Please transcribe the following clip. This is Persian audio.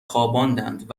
خواباندند